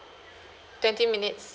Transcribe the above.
twenty minutes